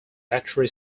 battery